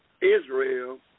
Israel